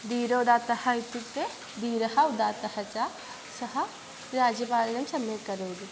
धीरोदात्तः इत्युक्ते धीरः उदात्तः च सः राज्यपालनं सम्यक् करोति